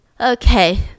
Okay